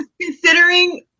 considering